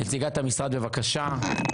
נציגת המשרד, בבקשה.